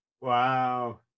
Wow